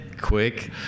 quick